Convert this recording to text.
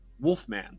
Wolfman